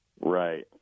Right